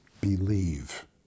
believe